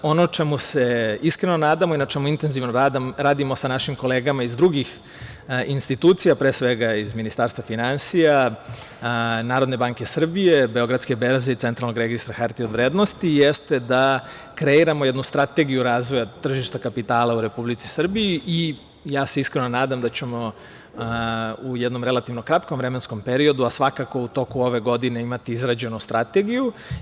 Ono čemu se iskreno nadamo i na čemu intenzivno radimo sa našim kolegama iz drugih institucija, pre svega iz Ministarstva finansija, NBS, Beogradske berze i Centralnog registra hartija od vrednosti jeste da kreiramo jednu strategiju razvoja tržišta kapitala u Republici Srbiji i ja se iskreno nadam da ćemo u jednom relativno kratkom vremenskom periodu, a svakako u toku ove godine imati izrađenu strategiju.